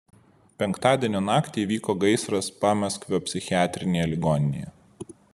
penktadienio naktį įvyko gaisras pamaskvio psichiatrinėje ligoninėje